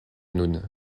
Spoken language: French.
noun